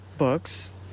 books